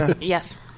Yes